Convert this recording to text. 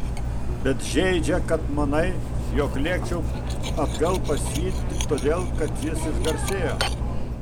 bet žeidžia kad manai jog lėkčiau atgal pas jį tik todėl kad jis išgarsėjo